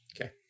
okay